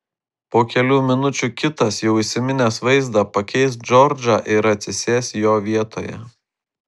po kelių minučių kitas jau įsiminęs vaizdą pakeis džordžą ir atsisės jo vietoje